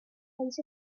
plays